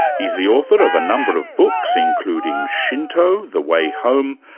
he's the author of a number of books, including shinto the way home,